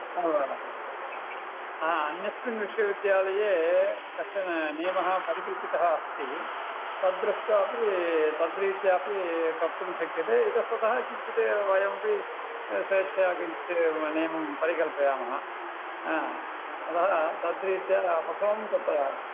षड् वारं अन्यस्मिन् विश्वविद्यालये कश्चनः नियमः परिकल्पितः अस्ति तद्दृष्ट्वापि तद्रित्यापि कर्तुं शक्यते इतस्ततः किञ्चित् वयमपि स्वेच्छया किञ्चित् एवं नियमं परिकल्पयामः अतः तद्रित्या प्रथमं तत्र